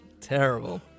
Terrible